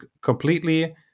completely